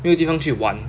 没有地方去玩